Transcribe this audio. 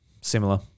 similar